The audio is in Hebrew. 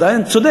זה עדיין צודק.